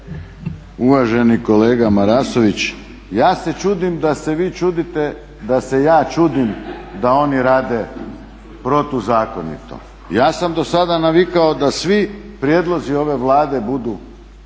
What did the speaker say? Uvaženi kolega Marasović, ja se čudim da se vi čudite da se ja čudim da oni rade protu zakonito. Ja sam do sada navikao da svi prijedlozi ove Vlade budu dobro